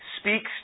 speaks